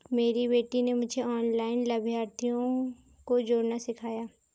मेरी बेटी ने मुझे ऑनलाइन लाभार्थियों को जोड़ना सिखाया